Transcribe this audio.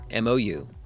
MOU